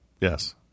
yes